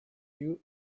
queue